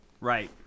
Right